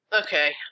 okay